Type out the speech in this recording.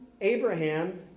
Abraham